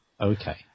Okay